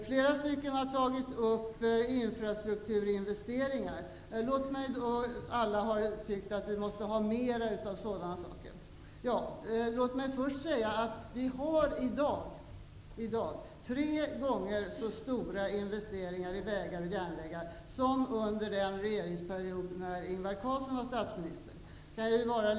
Flera ledamöter har tagit upp satsningar på infrastrukturinvesteringar och tyckt att vi måste ha fler sådana. Låt mig först säga att vi har tre gånger så stora investeringar i vägar och järnvägar i dag, som under den regeringsperiod när Ingvar Carlsson var statsminister.